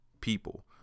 people